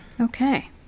Okay